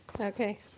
Okay